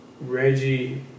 Reggie